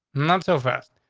not so fast.